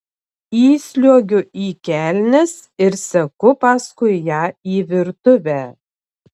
įsliuogiu į kelnes ir seku paskui ją į virtuvę